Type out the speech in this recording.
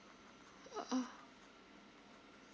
uh ah